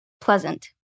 pleasant